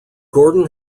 gordon